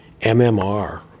MMR